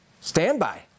Standby